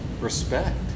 Respect